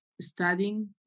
studying